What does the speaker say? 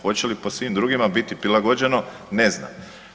Hoće li po svim drugim biti prilagođeno, ne znam.